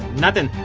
nothing!